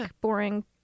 boring